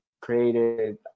created